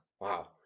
wow